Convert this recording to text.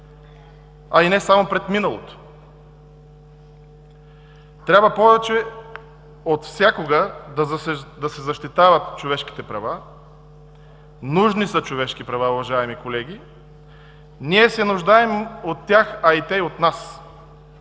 а и не само пред миналото. Трябва повече от всякога да се защитават човешките права. Нужни са човешки права, уважаеми колеги. Ние се нуждаем от тях, а и те от нас,